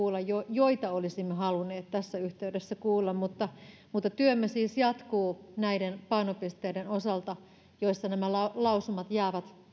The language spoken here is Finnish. joita olisimme halunneet tässä yhteydessä kuulla mutta mutta työmme siis jatkuu näiden painopisteiden osalta joissa nämä lausumat jäävät